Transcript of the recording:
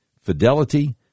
Fidelity